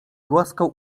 głaskał